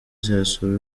josiane